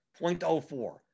0.04